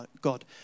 God